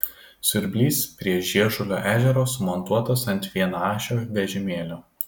siurblys prie žiežulio ežero sumontuotas ant vienaašio vežimėlio